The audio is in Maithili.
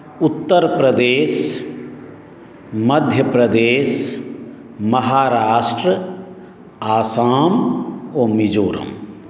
उत्तर प्रदेश मध्य प्रदेश महाराष्ट्र आसाम ओ मिजोरम